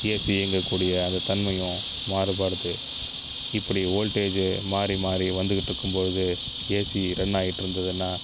AC இயங்கக்கூடிய அந்த தன்மையும் மாறுபடுது இப்படி ஓல்டேஜு மாறி மாறி வந்துகிட்டுருக்கும்பொழுது ஏசி ரன்னாகிட்ருந்துதுனா